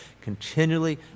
continually